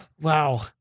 Wow